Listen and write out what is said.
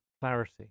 clarity